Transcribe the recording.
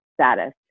status